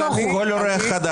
--- הם לא מסכימים אתכם.